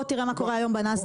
בוא תראה מה קורה היום בנאסד"ק,